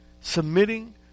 submitting